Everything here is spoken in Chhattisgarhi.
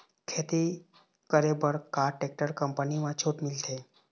खेती करे बर का टेक्टर कंपनी म छूट मिलथे?